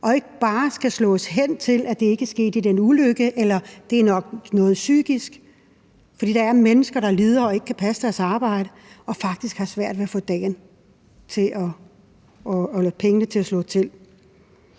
ikke bare skal slås hen, fordi det ikke er sket i en ulykke, eller fordi det nok er noget psykisk. For der er mennesker, der lider og ikke kan passe deres arbejde, og som faktisk har svært ved at få pengene til at slå til.